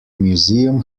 museum